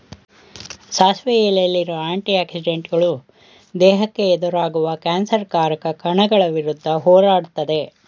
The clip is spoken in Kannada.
ಸಾಸಿವೆ ಎಲೆಲಿರೋ ಆಂಟಿ ಆಕ್ಸಿಡೆಂಟುಗಳು ದೇಹಕ್ಕೆ ಎದುರಾಗುವ ಕ್ಯಾನ್ಸರ್ ಕಾರಕ ಕಣಗಳ ವಿರುದ್ಧ ಹೋರಾಡ್ತದೆ